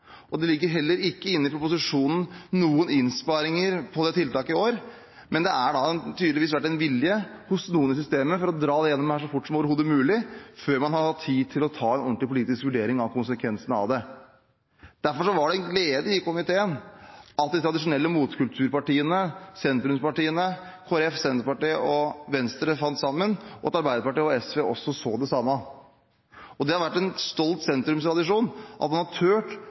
og det ligger heller ikke i proposisjonen noen innsparinger på det tiltaket i år. Men det har tydeligvis vært en vilje hos noen i systemet til å dra dette gjennom så fort som overhodet mulig, og før man har hatt tid til å ta en ordentlig politisk vurdering av konsekvensene av det. Derfor var det glede i komiteen over at de tradisjonelle motkulturpartiene – sentrumspartiene Kristelig Folkeparti, Senterpartiet og Venstre – fant sammen, og at Arbeiderpartiet og SV også så det samme. Det har vært en stolt sentrumstradisjon at man har turt